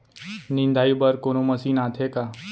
निंदाई बर कोनो मशीन आथे का?